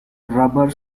rubber